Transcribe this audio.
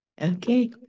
Okay